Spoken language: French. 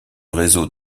réseau